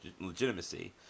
legitimacy